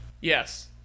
yes